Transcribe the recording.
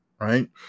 right